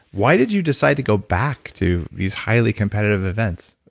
why did you decide to go back to these highly competitive events?